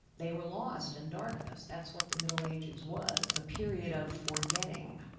they were lost in darkness. that's what the middle ages was, a period of forgetting.